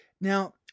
Now